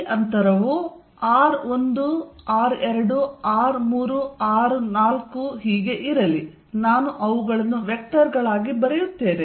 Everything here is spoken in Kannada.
ಈ ಅಂತರವು r1 r2 r3 r4 ಹೀಗೆ ಇರಲಿ ನಾನು ಅವುಗಳನ್ನು ವೆಕ್ಟರ್ಗಳಾಗಿ ಬರೆಯುತ್ತೇನೆ